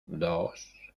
dos